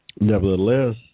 Nevertheless